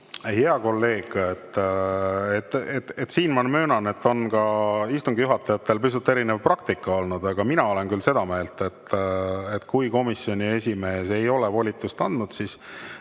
Hea kolleeg! Siin, ma möönan, on istungi juhatajatel pisut erinev praktika olnud. Aga mina olen küll seda meelt, et kui komisjoni esimees ei ole volitust andnud, siis